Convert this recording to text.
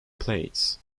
plates